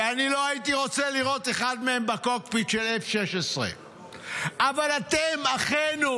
ואני לא הייתי רוצה לראות אחד מהם בקוקפיט של F-16. אבל אתם אחינו,